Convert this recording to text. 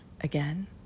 Again